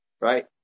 right